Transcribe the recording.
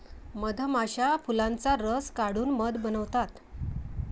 मधमाश्या फुलांचा रस काढून मध बनवतात